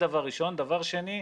דבר שני.